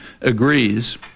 agrees